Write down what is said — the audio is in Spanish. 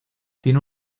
tiene